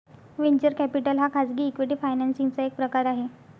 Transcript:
venture capital हा खाजगी equity financing चा एक प्रकार आहे